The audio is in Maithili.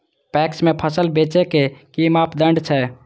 पैक्स में फसल बेचे के कि मापदंड छै?